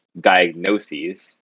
diagnoses